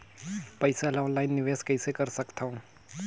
पईसा ल ऑनलाइन निवेश कइसे कर सकथव?